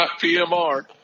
PMR